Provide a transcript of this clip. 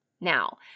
Now